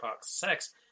sex